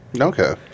Okay